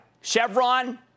Chevron